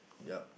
yup